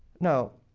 now,